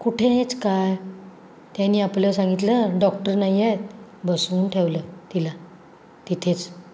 कुठेच काय त्यांनी आपलं सांगितलं डॉक्टर नाही आहेत बसवून ठेवलं तिला तिथेच